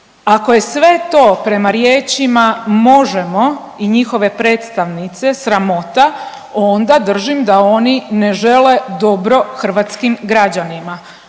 ako je sve to prema riječima Možemo i njihove predstavnice sramota onda držim da oni ne žele dobro hrvatskim građanima